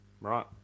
Right